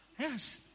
Yes